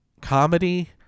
comedy